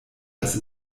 dass